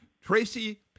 Tracy